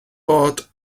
bod